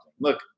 Look